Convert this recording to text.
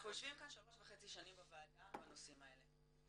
אנחנו יושבים כאן שלוש וחצי שנים בוועדה בנושאים האלה.